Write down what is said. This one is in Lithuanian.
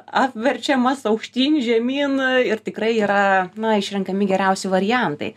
apverčiamas aukštyn žemyn ir tikrai yra na išrenkami geriausi variantai